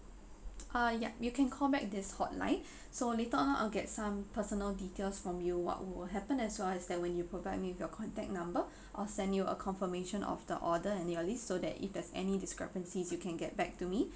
uh ya you can call back this hotline so later on I'll get some personal details from you what will happen as well as that when you provide me with your contact number I'll send you a confirmation of the order any early so that if there's any discrepancies you can get back to me